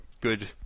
good